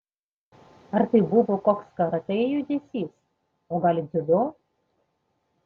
ar tai buvo koks karatė judesys o gal dziudo